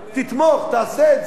תתמוך, תעשה את זה,